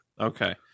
Okay